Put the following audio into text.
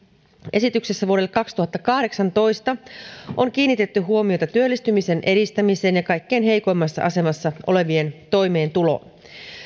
esityksessä vuodelle kaksituhattakahdeksantoista on kiinnitetty huomiota työllistymisen edistämiseen ja kaikkein heikoimmassa asemassa olevien toimeentuloon